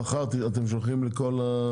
מחר אתם שולחים לכל,